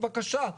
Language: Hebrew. בבקשה,